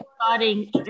starting